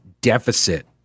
deficit